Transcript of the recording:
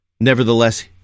Nevertheless